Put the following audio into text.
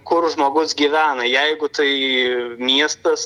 kur žmogus gyvena jeigu tai miestas